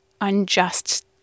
unjust